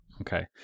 Okay